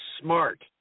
smart